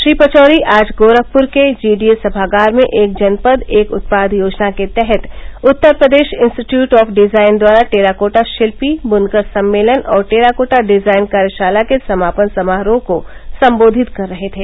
श्री पचौरी आज गोरखपुर के जीडीए सभागार में एक जनपद एक उत्पाद योजना के तहत Uttar Pradesh institute of design द्वारा टेराकोटा शिल्पी बुनकर सम्मेलन और टेराकोटा डिजाइन कार्यशाला के समापन समारोह को सम्बोधित कर रहे थे